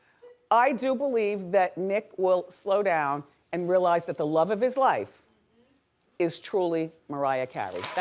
i do believe that nick will slow down and realize that the love of his life is truly mariah carey,